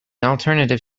alternative